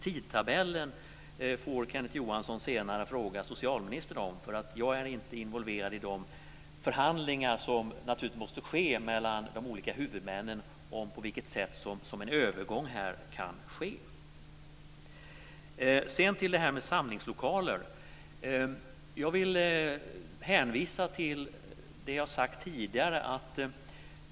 Tidtabellen får Kenneth Johansson senare fråga socialministern om. Jag är inte involverad i de förhandlingar som naturligtvis måste ske mellan de olika huvudmännen om på vilket sätt en övergång kan ske. Sedan till frågan om samlingslokaler. Jag vill hänvisa till det jag har sagt tidigare.